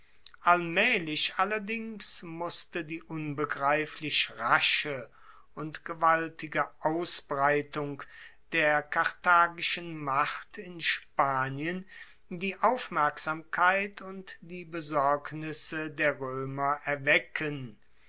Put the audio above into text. allmaehlich allerdings musste die unbegreiflich rasche und gewaltige ausbreitung der karthagischen macht in spanien die aufmerksamkeit und die besorgnisse der roemer erwecken